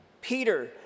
Peter